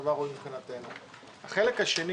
החלק השני